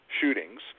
shootings